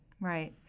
right